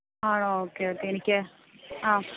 ആണോ okay okay എനിക്ക് ആ